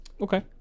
Okay